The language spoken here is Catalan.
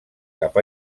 cap